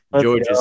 George